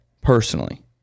Personally